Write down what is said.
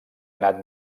anat